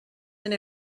and